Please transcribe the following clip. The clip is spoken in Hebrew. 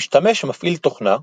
המשתמש מפעיל תוכנה,